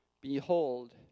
Behold